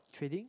trading